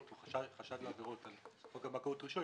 או חשד לעבירות על חוק הבנקאות (רישוי),